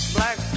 Black